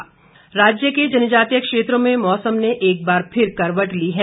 मौसम राज्य के जनजातीय क्षेत्रों में मौसम ने एक बार फिर करवट ली है